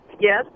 Yes